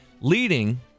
Leading